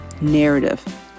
narrative